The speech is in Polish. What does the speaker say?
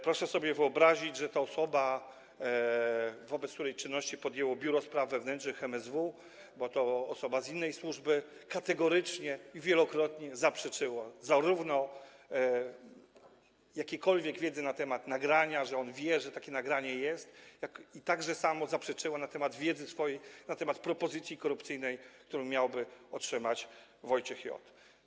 Proszę sobie wyobrazić, że ta osoba, wobec której czynności podjęło biuro spraw wewnętrznych MSW, bo to osoba z innej służby, zarówno kategorycznie i wielokrotnie zaprzeczała jakiejkolwiek wiedzy na temat nagrania, że on wie, że takie nagranie jest, jak i też sama zaprzeczyła na temat swojej wiedzy, na temat propozycji korupcyjnej, którą miałby otrzymać Wojciech J.